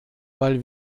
weil